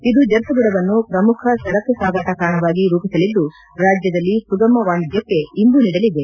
ಇದು ಜರ್ಸುಗುಡವನ್ನು ಪ್ರಮುಖ ಸರಕು ಸಾಗಾಟ ತಾಣವಾಗಿ ರೂಪಿಸಅದ್ದು ರಾಜ್ಯದಲ್ಲಿ ಸುಗಮ ವಾಣಿಜ್ಯಕ್ಕೆ ಇಂಬು ನೀಡಅದೆ